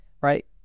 right